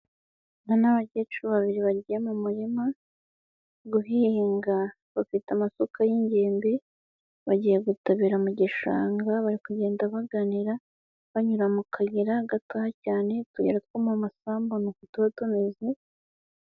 Ni abakecuru babiri bajya mu murima guhinga bafite amasuka y'ingembe, bagiye gutabira mu gishanga, bari kugenda baganira banyura mu kayira gatoya cyane, utuyira two mu masambu ni uko tuba tumeze.